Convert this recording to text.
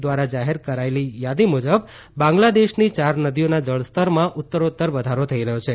દ્વારા જાહેર કરેલી યાદી મુજબ બાંગ્લાદેશની ચાર નદીઓના જળસ્તરમાં ઉત્તરોત્તર વધારો થઈ રહ્યો છે